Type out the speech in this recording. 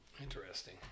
interesting